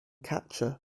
catcher